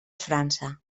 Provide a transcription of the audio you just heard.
frança